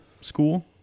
School